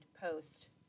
post